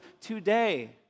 today